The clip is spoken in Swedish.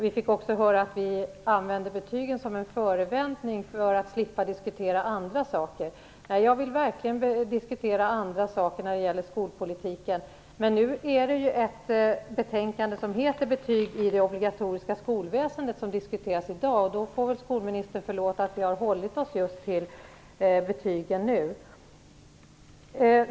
Vi har också fått höra att vi använder betygen som en förevändning för att slippa diskutera andra frågor. Jag skulle verkligen vilja diskutera andra frågor när det gäller skolpolitiken. Men nu är det ju ett betänkande som heter Betyg i det obligatoriska skolväsendet som diskuteras i dag, och då får väl skolministern förlåta oss att vi nu har hållit oss till att diskutera just betygen.